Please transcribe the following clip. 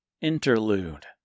Interlude